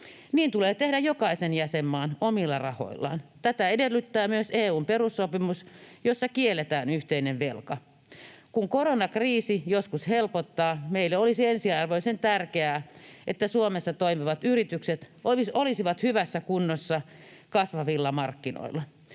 Niin tulee tehdä jokaisen jäsenmaan, omilla rahoillaan. Tätä edellyttää myös EU:n perussopimus, jossa kielletään yhteinen velka. Kun koronakriisi joskus helpottaa, meille olisi ensiarvoisen tärkeää, että Suomessa toimivat yritykset olisivat hyvässä kunnossa kasvavilla markkinoilla.